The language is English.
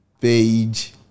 Page